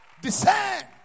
Descend